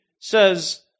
says